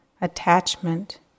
attachment